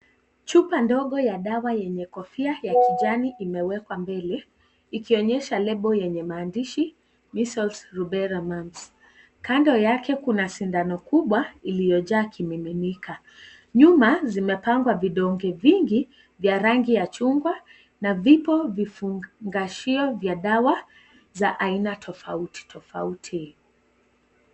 Chupa ndogo ya dawa yenye kofia ya kijani imewekwa mbele ikionyesha lebo yenye maandishi measles, rubella, mumps . Kando yake kuna sindano kubwa iliyojaa kimiminika, nyuma zimepangwa vidonge vingi vya rangi ya chungwa na vipo vifungashio vya dawa za aina tofauti tofauti.